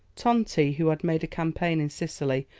tonti, who had made a campaign in sicily,